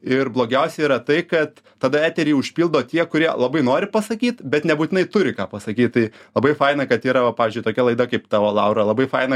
ir blogiausia yra tai kad tada eterį užpildo tie kurie labai nori pasakyt bet nebūtinai turi ką pasakyt tai labai faina kad yra va pavyzdžiui tokia laida kaip tavo laura labai faina